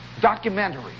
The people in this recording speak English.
Documentary